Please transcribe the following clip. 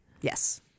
Yes